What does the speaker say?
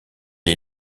est